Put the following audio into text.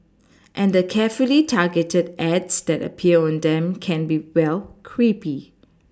and the carefully targeted ads that appear on them can be well creepy